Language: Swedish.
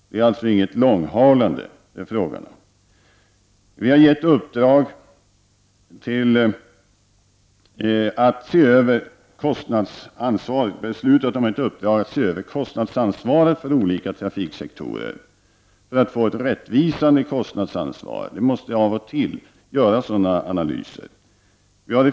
Vi har alltså inget långhalande med frågorna. Vi har beslutat ge ett uppdrag att se över kostnadsansvaret för olika trafiksektorer för att få ett rättvisande kostnadsansvar. Det måste av och till göras sådana analyser.